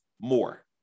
more